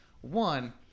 One